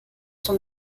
son